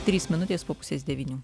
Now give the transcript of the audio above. trys minutės po pusės devynių